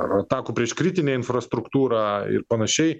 ar atakų prieš kritinę infrastruktūrą ir panašiai